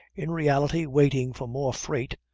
in reality, waiting for more freight,